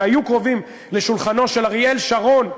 שהיו קרובים לשולחנו של אריאל שרון,